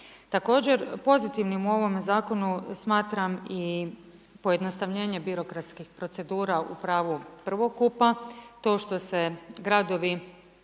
Također pozitivnim u ovome zakonu smatram i pojednostavljenje birokratskih procedura u pravu prvokupa. To što se gradovi,